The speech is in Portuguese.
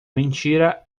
mentira